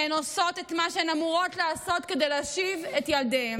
הן עושות את מה שהן אמורות לעשות כדי להשיב את ילדיהן.